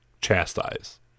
chastise